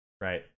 right